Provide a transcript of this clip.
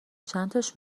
چنتاش